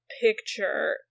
picture